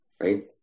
right